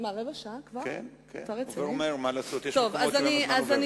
תשתדלי קצת